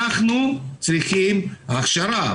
אנחנו צריכים הכשרה,